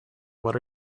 what